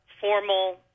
formal